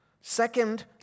Second